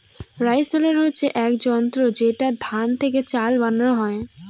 rice huller হচ্ছে এক যন্ত্র যেটাতে ধান থেকে চাল বানানো হয়